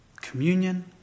Communion